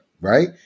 right